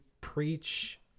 preach